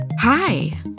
Hi